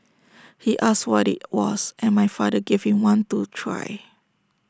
he asked what IT was and my father gave him one to try